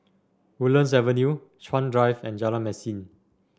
Woodlands Avenue Chuan Drive and Jalan Mesin